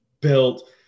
built